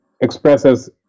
expresses